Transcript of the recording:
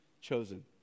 chosen